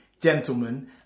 gentlemen